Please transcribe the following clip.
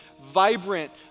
vibrant